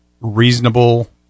reasonable